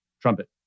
trumpet